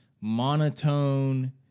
monotone